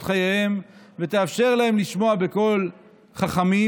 חייהם ותאפשר להם לשמוע בקול חכמים.